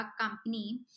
company